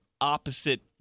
opposite